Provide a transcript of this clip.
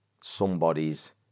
somebody's